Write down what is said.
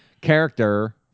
character